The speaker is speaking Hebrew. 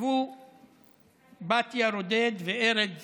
שכתבו בתיה רודד וארז